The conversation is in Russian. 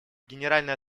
генеральной